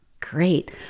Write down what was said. great